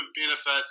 benefit